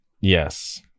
Yes